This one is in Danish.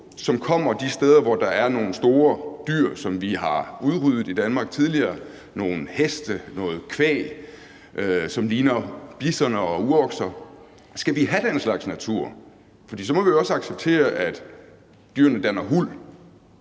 som kommer de steder, hvor der er nogle store dyr, som vi har udryddet i Danmark tidligere – nogle heste, noget kvæg, som ligner bisoner og urokser? Skal vi have den slags natur? For så må vi jo også acceptere, at dyrene danner huld